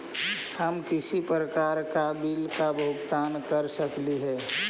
हम किसी भी प्रकार का बिल का भुगतान कर सकली हे?